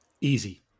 Easy